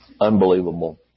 unbelievable